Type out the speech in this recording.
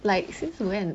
like since when